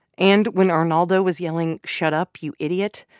and when arnaldo was yelling shut up, you idiot,